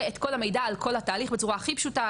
את כל המידע על כל התהליך בצורה הכי פשוטה,